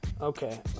okay